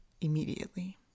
immediately